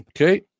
Okay